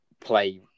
play